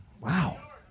Wow